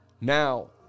now